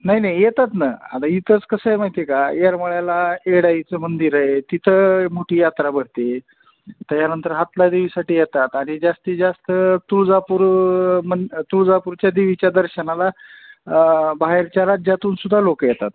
नाही नाही येतात ना आता इथंच कसं आहे माहिती का येरमळ्याला एडाईचं मंदिर आहे तिथं मोठी यात्रा भरते त्याच्यानंतर हातला देवीसाठी येतात आणि जास्तीत जास्त तुळजापूर मग तुळजापूरच्या देवीच्या दर्शनाला बाहेरच्या राज्यातूनसुद्धा लोक येतात